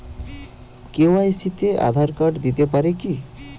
KYC তে Aadhaar card দিতে পারি কি?